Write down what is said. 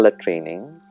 training